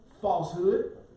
falsehood